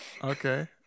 Okay